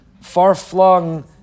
far-flung